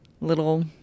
little